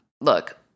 look